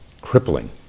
Crippling